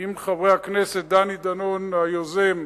עם חברי הכנסת דני דנון, היוזם,